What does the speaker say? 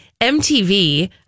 MTV